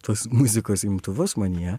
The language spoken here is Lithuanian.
tos muzikos imtuvus manyje